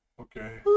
Okay